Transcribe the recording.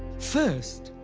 first,